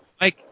Mike